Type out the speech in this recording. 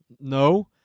No